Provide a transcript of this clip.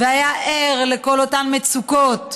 והיה ער לכל אותן המצוקות,